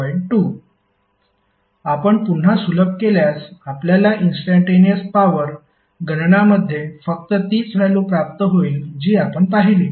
2 आपण पुन्हा सुलभ केल्यास आपल्याला इंस्टंटेनिअस पॉवर गणनामध्ये फक्त तीच व्हॅल्यु प्राप्त होईल जी आपण पाहिली